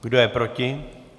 Kdo je proti?